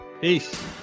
peace